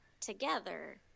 together